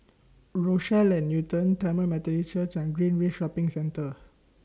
Rochelle At Newton Tamil Methodist Church and Greenridge Shopping Centre